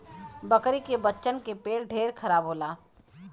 बकरी के बच्चन के पेट ढेर खराब होला